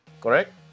correct